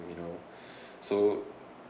you know so